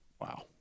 Wow